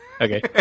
Okay